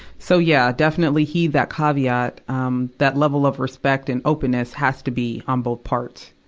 so, yeah. definitely heed that caveat, um, that level of respect, and openness has to be on both parts.